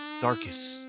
darkest